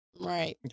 Right